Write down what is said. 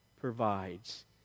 provides